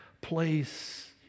place